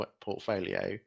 portfolio